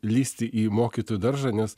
lįsti į mokytojų daržą nes